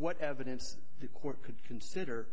what evidence the court could consider